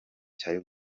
cya